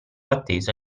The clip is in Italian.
atteso